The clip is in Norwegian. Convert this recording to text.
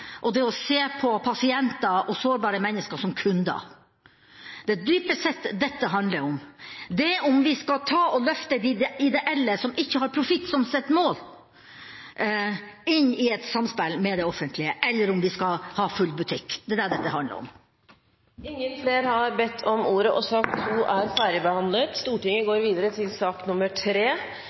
og det å se på pasienter og sårbare mennesker som kunder. Det dette dypest sett handler om, er om vi skal løfte de ideelle, som ikke har profitt som sitt mål, inn i et samspill med det offentlige, eller om vi skal ha full butikk. Det er det dette handler om. Flere har ikke bedt om ordet til sak